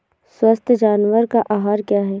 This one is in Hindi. स्वस्थ जानवर का आहार क्या है?